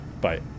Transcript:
Bye